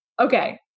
Okay